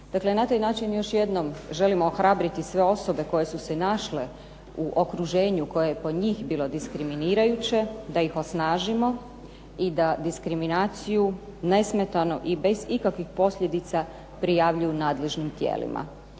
Dakle, na taj način još jednom želimo ohrabriti sve osobe koje su se našle u okruženju koje je po njih bilo diskriminirajuće, da ih osnažimo i da diskriminaciju nesmetano i bez ikakvih posljedica prijavljuju nadležnim tijelima.